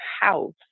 house